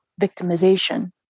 victimization